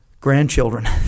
grandchildren